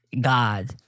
God